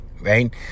right